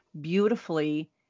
beautifully